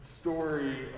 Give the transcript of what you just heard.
story